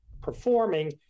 performing